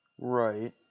Right